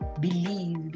believe